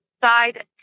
side